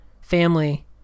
family